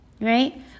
right